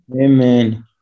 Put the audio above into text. Amen